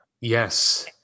yes